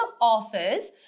office